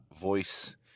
voice